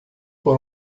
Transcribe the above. por